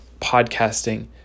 podcasting